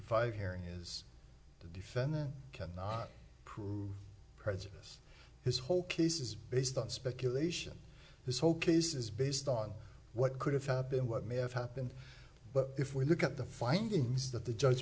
five hearing is the defendant cannot present us his whole case is based on speculation this whole case is based on what could have happened what may have happened but if we look at the findings that the judge